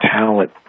talent